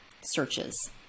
searches